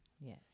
Yes